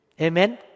Amen